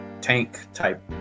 tank-type